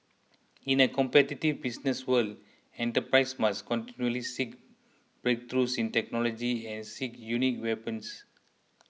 in a competitive business world enterprises must continually seek breakthroughs in technology and seek unique weapons